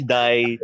die